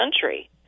country